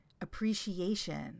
appreciation